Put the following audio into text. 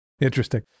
Interesting